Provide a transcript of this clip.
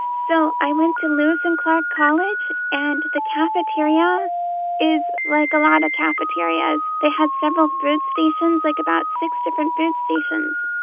so i went to lewis and clark college, and the cafeteria is like a lot of cafeterias. they had several food stations, like about six different food stations,